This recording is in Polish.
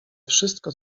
wszystko